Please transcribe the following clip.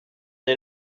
est